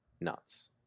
nuts